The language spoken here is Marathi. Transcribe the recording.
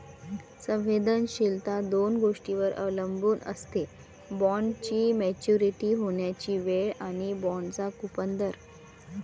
संवेदनशीलता दोन गोष्टींवर अवलंबून असते, बॉण्डची मॅच्युरिटी होण्याची वेळ आणि बाँडचा कूपन दर